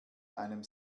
einem